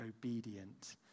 obedient